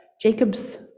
Jacob's